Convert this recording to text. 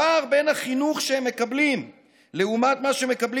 הפער בין החינוך שהם מקבלים לבין מה שמקבלים